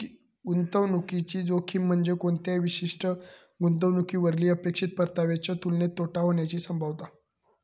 गुंतवणुकीची जोखीम म्हणजे कोणत्याही विशिष्ट गुंतवणुकीवरली अपेक्षित परताव्याच्यो तुलनेत तोटा होण्याची संभाव्यता